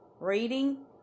reading